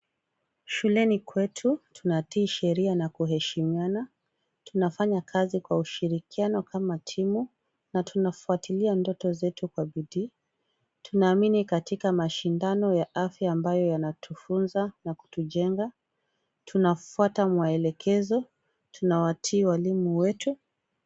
Shuleni kwetu, tunatii sheria na kuheshimiana. Tunafanya kazi kwa ushirikiano kama timu na tunafuatilia ndoto zetu kwa bidii, tunaamini katika mashindano ya afya ambayo yanatufunza na kutujenga, tunafuata maelekezo, tunawatii walimu wetu.